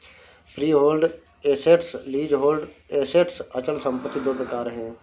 freehold assets, leasehold assets अचल संपत्ति दो प्रकार है